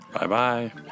Bye-bye